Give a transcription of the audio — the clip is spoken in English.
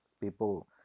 people